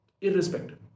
Irrespective